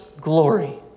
glory